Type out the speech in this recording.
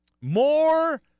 More